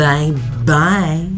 Bye-bye